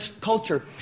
culture